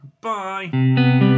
Bye